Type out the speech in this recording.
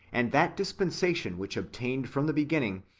and that dispensation which obtained from the beginning,